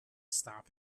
stop